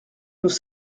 nous